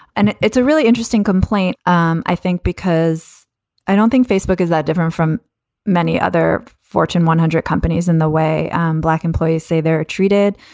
and it's a really interesting complaint, um i think, because i don't think facebook is that different from many other fortune one hundred companies and the way black employees say they're treated.